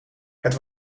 het